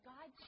God